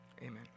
amen